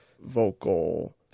vocal